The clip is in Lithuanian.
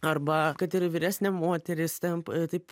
arba kad ir vyresnė moteris ten taip